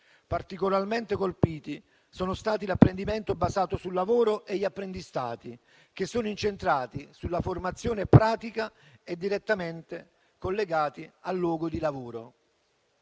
Particolarmente colpiti sono stati l'apprendimento basato sul lavoro e gli apprendistati, che sono incentrati sulla formazione e pratica e direttamente collegati al luogo di lavoro.